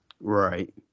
Right